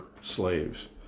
slaves